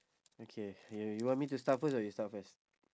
okay you you want me to start first or you start first